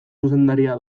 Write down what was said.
zuzendaria